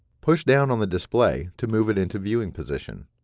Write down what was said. push down on the display to move it into viewing position.